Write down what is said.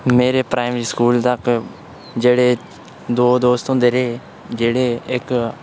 मेरे primary school तक्क जेह्ड़े दो दोस्त होंदे रेह् जेह्ड़े इक